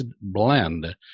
Blend